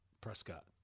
Prescott